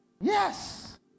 Yes